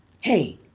hey